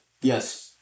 Yes